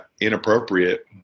inappropriate